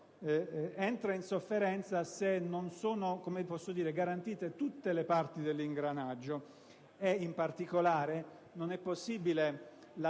entra in sofferenza se non sono garantite tutte le parti dell'ingranaggio e in particolare non è possibile